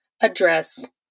address